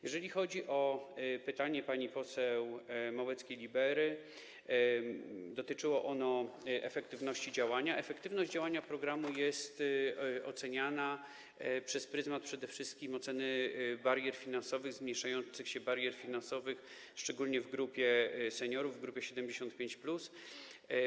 Jeżeli chodzi o pytanie pani poseł Małeckiej-Libery, które dotyczyło efektywności działania, to efektywność działania programu jest oceniana przez pryzmat przede wszystkim oceny zmniejszających się barier finansowych, szczególnie w grupie seniorów, w grupie 75+.